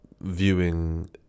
viewing